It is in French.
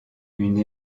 une